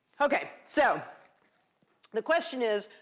ok, so the question is,